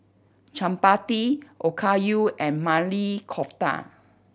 Chapati Okayu and Maili Kofta